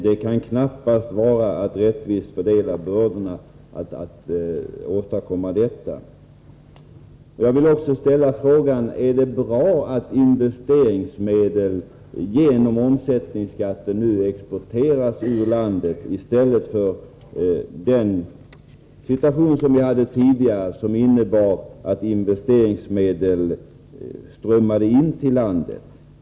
Det kan knappast vara en rättvis fördelning. Jag vill också ställa frågan: Är det bra att investeringsmedel genom omsättningsskatten nu exporteras ut ur landet i stället för att tidigare ha strömmat in i landet?